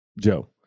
Joe